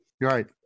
Right